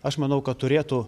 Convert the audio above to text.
aš manau kad turėtų